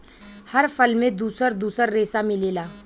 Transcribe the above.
हर फल में दुसर दुसर रेसा मिलेला